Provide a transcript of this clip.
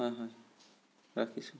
হয় হয় ৰাখিছোঁ